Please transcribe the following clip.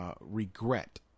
regret